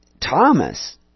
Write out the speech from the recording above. Thomas